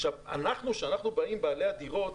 עכשיו, כשאנחנו, בעלי הדירות,